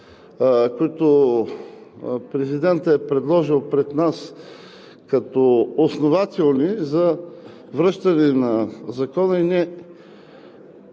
които президентът е предложил като основателни за връщане на Закона и